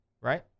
Right